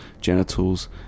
genitals